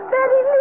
Betty